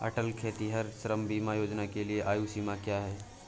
अटल खेतिहर श्रम बीमा योजना के लिए आयु सीमा क्या है?